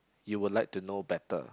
you will like to know better